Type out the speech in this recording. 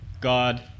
God